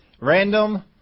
Random